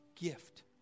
gift